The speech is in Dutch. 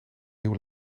nieuw